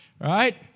right